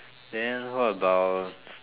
then what about